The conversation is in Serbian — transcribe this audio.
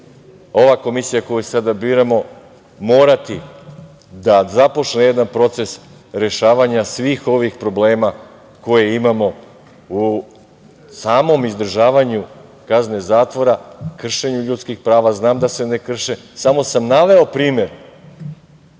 ova Komisija koju sada biramo morati da započne jedan proces rešavanja svih ovih problema koje imamo u samom izdržavanju kazne zatvora, kršenju ljudskih prava, znam da se ne krše, samo sam naveo primer